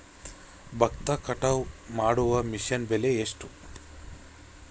ಭತ್ತ ಕಟಾವು ಮಾಡುವ ಮಿಷನ್ ಬೆಲೆ ಎಷ್ಟು?